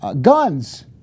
Guns